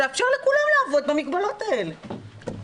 תאפשר לכולם לעבוד במגבלות האלה.